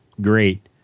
Great